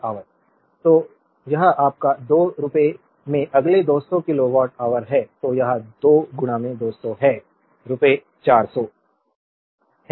slide time देखें 0134 तो यह आपका 2 रुपये में अगले 200 किलोवाट ऑवर है तो यह 2 200 है रुपये 400 है